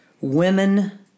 women